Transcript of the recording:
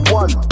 one